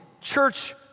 church